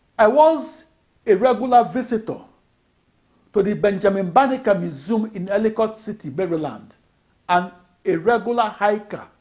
i was a regular visitor to the benjamin banneker museum in ellicott city, maryland and a regular hiker